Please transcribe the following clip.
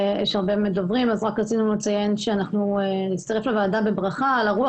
רק רצינו לציין שאנחנו נצטרף לוועדה בברכה על הרוח